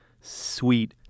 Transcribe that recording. sweet